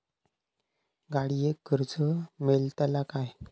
गाडयेक कर्ज मेलतला काय?